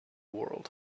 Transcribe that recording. world